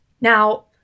Now